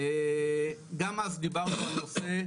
גם אז דיברנו על נושא,